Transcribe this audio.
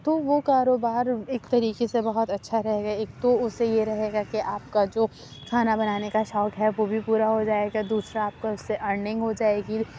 تو وہ کاروبار ایک طریقے سے بہت اچھا رہے گا ایک تو اسے یہ رہے گا کہ آپ کا جو کھانا بنانے کا شوق ہے وہ بھی پورا ہو جائے گا دوسرا آپ کا اس سے ارننگ ہو جائے گی